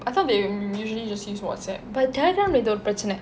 I thought they usually just use Whatsapp but the guy இது ஒரு பிரச்சனை:ithu oru prachanai